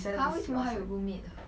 !huh! 为什么他有 roommate 的